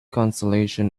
consolation